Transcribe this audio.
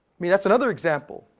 mean, that's another example.